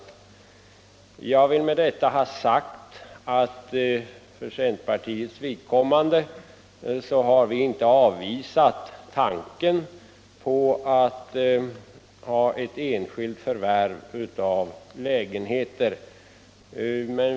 Jag vill med detta ha sagt för centerpartiets vidkommande att vi inte har avvisat tanken på att möjliggöra enskilt förvärv av bostadslägenheter.